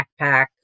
backpack